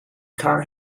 car